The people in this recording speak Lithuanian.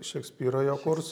šekspyro jo kurs